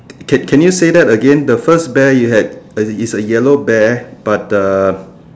can can you say that again the first bear you had is a is a yellow bear but the